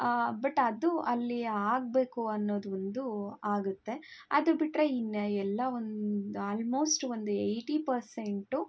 but ಅದು ಅಲ್ಲಿ ಆಗಬೇಕು ಅನ್ನೋದು ಒಂದು ಆಗುತ್ತೆ ಅದು ಬಿಟ್ಟರೆ ಇನ್ನು ಎಲ್ಲ ಒಂದು ಆಲ್ಮೋಸ್ಟ್ ಒಂದು ಎಯ್ಟಿ ಪರ್ಸೆಂಟು